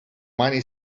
money